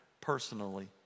personally